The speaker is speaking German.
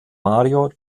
mario